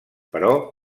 però